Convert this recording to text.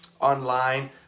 online